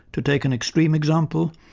to take an extreme example,